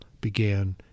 began